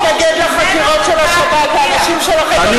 אתה מתנגד לחקירות השב"כ, אנשים שלכם, מהמפלגה.